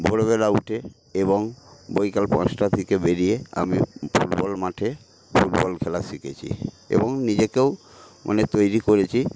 ভোরবেলা উঠে এবং বিকাল পাঁচটা থেকে বেরিয়ে আমি ফুটবল মাঠে ফুটবল খেলা শিখেছি এবং নিজেকেও মানে তৈরি করেছি